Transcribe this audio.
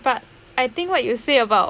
but I think what you say about